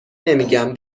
نمیگم